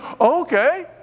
okay